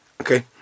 Okay